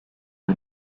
own